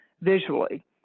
visually